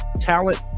talent